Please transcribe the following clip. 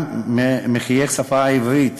גם מחיה השפה העברית,